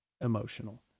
emotional